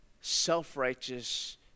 self-righteous